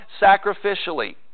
sacrificially